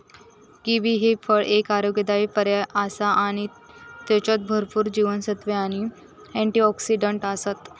kiwi ह्या फळ एक आरोग्यदायी पर्याय आसा आणि त्येच्यात भरपूर जीवनसत्त्वे आणि अँटिऑक्सिडंट आसत